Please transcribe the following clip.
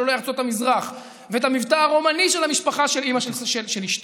עולי ארצות המזרח ואת המבטא הרומני של המשפחה של אימא של אשתי.